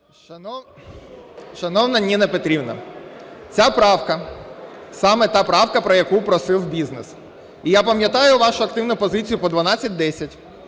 Шановна Ніно Петрівно, ця правка саме та правка, про яку просив бізнес. І я пам'ятаю вашу активну позицію по 1210.